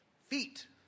Feet